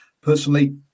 Personally